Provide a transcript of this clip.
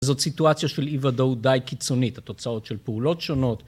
זאת סיטואציה של אי ודאות די קיצונית, התוצאות של פעולות שונות.